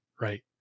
right